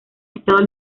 estado